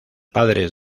padres